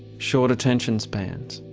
short attention spans,